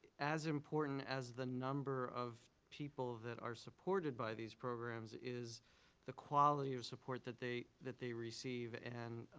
as important as the number of people that are supported by these programs is the quality of support that they that they receive, and